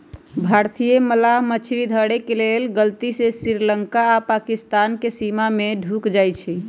भारतीय मलाह मछरी धरे के लेल गलती से श्रीलंका आऽ पाकिस्तानके सीमा में ढुक जाइ छइ